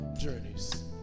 journeys